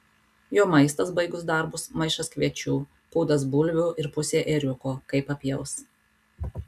jo maistas baigus darbus maišas kviečių pūdas bulvių ir pusė ėriuko kai papjaus